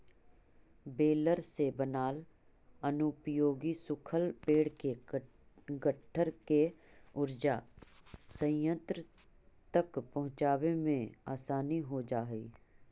baler से बनाल अनुपयोगी सूखल पेड़ के गट्ठर के ऊर्जा संयन्त्र तक पहुँचावे में आसानी हो जा हई